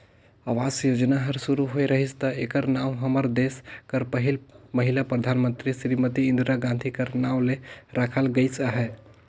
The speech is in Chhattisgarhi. आवास योजना हर सुरू होए रहिस ता एकर नांव हमर देस कर पहिल महिला परधानमंतरी सिरीमती इंदिरा गांधी कर नांव ले राखल गइस अहे